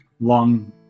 long